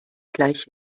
gleich